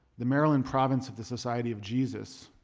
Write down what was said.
the maryland province of the society of jesus